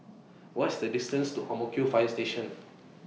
What IS The distance to Ang Mo Kio Fire Station